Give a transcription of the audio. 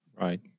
Right